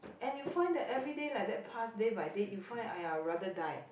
and you find that everyday like that pass day by day you find !aiya! you rather die